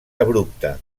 abrupte